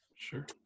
sure